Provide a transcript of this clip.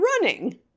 running